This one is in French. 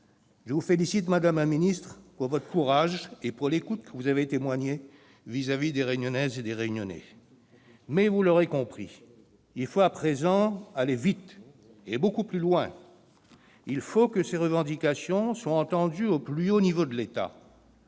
Je vous félicite pour votre courage et pour l'écoute dont vous avez fait preuve vis-à-vis des Réunionnaises et des Réunionnais. Mais, vous l'aurez compris, il faut à présent aller vite, et beaucoup plus loin. Il faut que ces revendications soient entendues au plus haut niveau de l'État